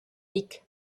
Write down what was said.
lic